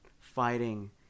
fighting